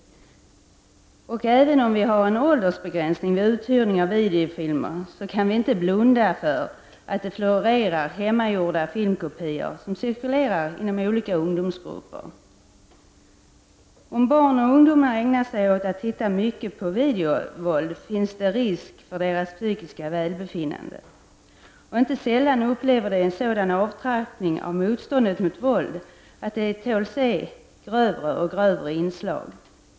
Även om vi har en åldersbegränsning vid uthyrning av videofilmer, kan vi inte blunda för att det florerar hemmagjorda filmkopior som cirkulerar inom ungdomsgrupper. Om barn och ungdomar ägnar sig åt att titta mycket på videovåld, finns det risk för deras psykiska välbefinnande. Och inte sällan upplever de en sådan avtrappning av motståndet mot våld att de tål att se grövre och grövre inslag.